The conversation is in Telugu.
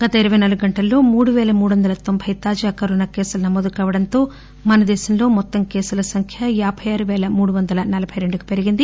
గత ఇరవై నాలుగు గంటల్లో మూడు వేల మూడు వందల తొంబై తాజా కరోనా కేసులు నమోదు కావడంతో మన దేశంలో మొత్తం కేసుల సంఖ్య యాబై ఆరు పేల మూడు వందల నలభై రెండుకు పెరిగింది